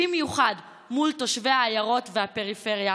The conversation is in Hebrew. במיוחד מול תושבי העיירות והפריפריה,